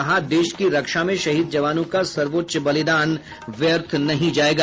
कहा देश की रक्षा में शहीद जवानों का सर्वोच्च बलिदान व्यर्थ नहीं जायेगा